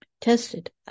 Tested